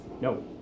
No